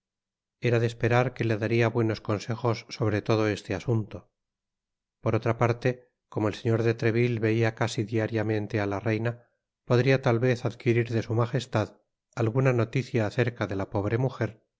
era de esperar que le daria buenos consejos sobre todo este asunto por otra parte como el señor de treville veia casi diariamente á la reina podria tal vez adquirir de su magestad alguna noticia acerca de la pobre mujer